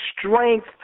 strength